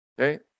okay